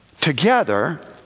together